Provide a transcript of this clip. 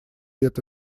это